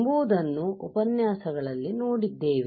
ಎಂಬುದನ್ನು ಉಪನ್ಯಾಸಗಳಲ್ಲಿ ನೋಡಿದ್ದೇವೆ